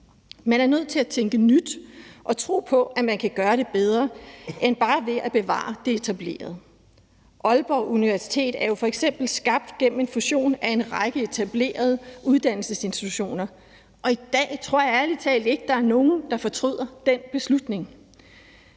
Man er nødt til at tænke nyt og tro på, at man kan gøre det bedre end ved bare at bevare det etablerede. Aalborg Universitet er jo f.eks. skabt gennem en fusion af en række etablerede uddannelsesinstitutioner, og i dag tror jeg ærlig talt ikke, der er nogen, der fortryder den beslutning.